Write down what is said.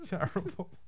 Terrible